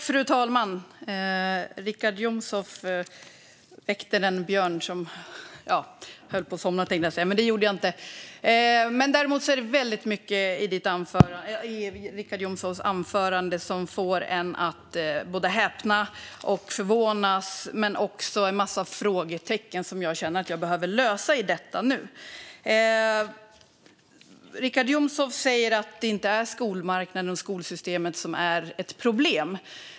Fru talman! Richard Jomshof väckte den björn som höll på att somna, tänkte jag säga. Men det gjorde jag inte. Det är väldigt mycket i Richard Jomshofs anförande som får en att både häpna och förvånas. Det ger också upphov till en massa frågetecken som jag känner att jag behöver räta ut i detta nu. Richard Jomshof säger att det inte är skolmarknaden och skolsystemet som är problemet.